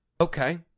Okay